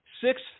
six